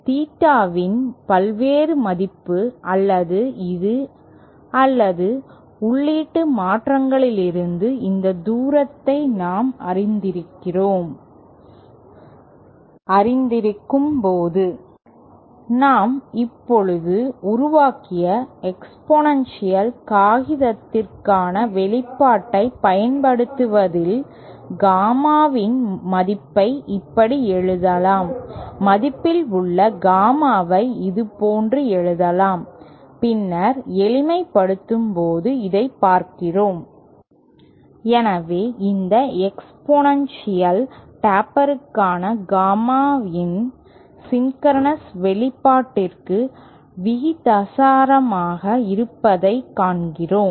தீட்டாவின் பல்வேறு மதிப்பு அல்லது இது அல்லது உள்ளீட்டு மாற்றங்களிலிருந்து இந்த தூரத்தை நாம் அறிந்திருக்கும்போது நாம் இப்போது உருவாக்கிய எக்ஸ்பொனென்ஷியல் காகிதத்திற்கான வெளிப்பாட்டைப் பயன்படுத்துவதில் காமாவின் மதிப்பை இப்படி எழுதலாம் மதிப்பில் உள்ள காமாவை இதுபோன்று எழுதலாம் பின்னர் எளிமைப்படுத்தும்போது இதைப் பார்க்கிறோம் எனவே இந்த எக்ஸ்பொனென்ஷியல் டேப்பருக்கான காமா இன் சின்கரனஸ் செயல்பாட்டிற்கு விகிதாசாரமாக இருப்பதைக் காண்கிறோம்